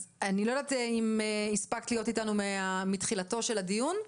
אז אני לא יודעת אם הספקת להיות איתנו מתחילתו של הדיון.